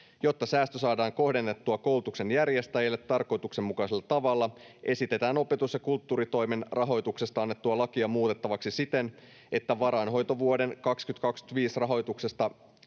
Jotta säästö saadaan kohdennettua koulutuksen järjestäjille tarkoituksenmukaisella tavalla, esitetään opetus- ja kulttuuritoimen rahoituksesta annettua lakia muutettavaksi siten, että varainhoitovuoden 2025 rahoituksesta